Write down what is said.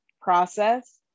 process